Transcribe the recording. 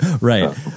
Right